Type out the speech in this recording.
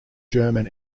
german